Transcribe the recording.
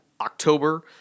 October